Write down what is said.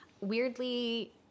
weirdly